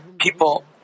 people